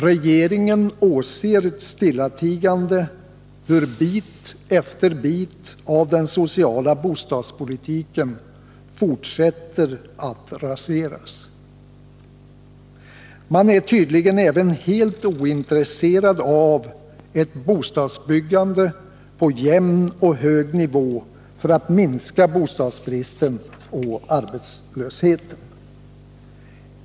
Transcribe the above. Regeringen åser stillatigande hur bit efter bit av den sociala bostadspolitiken raseras. Man är tydligen även helt ointresserad av ett bostadsbyggande på jämn och hög nivå för att minska bostadsbristen och arbetslösheten.